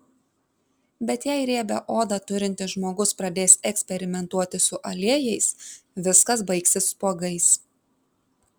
bet jei riebią odą turintis žmogus pradės eksperimentuoti su aliejais viskas baigsis spuogais